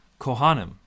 Kohanim